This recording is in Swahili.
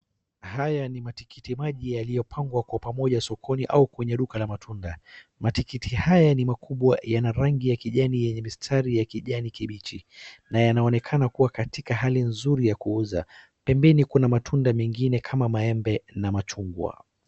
Haya ni matikiti maji yaliyopangwa pamoja sokoni au kwenye duka la mayunda. Matikiti haya ni makubwa yana rangi ya kijani yenye mistari ya kijani kimbichi.na yanaonekana kuwa katika hali nzuri ya kuuza. Pembeni kuna matunda mengine kama maembe na machungwa.